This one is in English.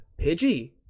pidgey